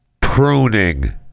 pruning